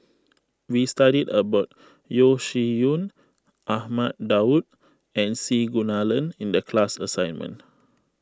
we studied about Yeo Shih Yun Ahmad Daud and C Kunalan in the class assignment